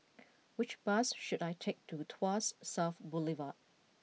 which bus should I take to Tuas South Boulevard